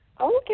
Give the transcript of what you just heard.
Okay